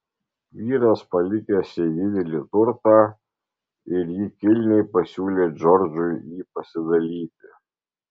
vyras palikęs jai didelį turtą ir ji kilniai pasiūlė džordžui jį pasidalyti